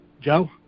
Joe